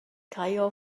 caio